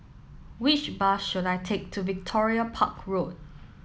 which bus should I take to Victoria Park Road